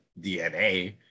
DNA